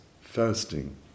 fasting